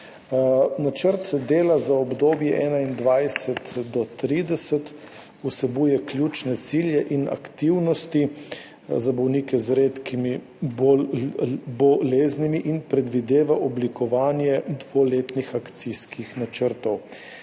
Načrt dela za obdobje od 2021 do 2030 vsebuje ključne cilje in aktivnosti za bolnike z redkimi boleznimi in predvideva oblikovanje dvoletnih akcijskih načrtov.